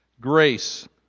Grace